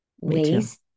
ways